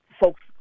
folks